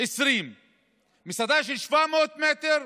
מסעדה של 700 מטר,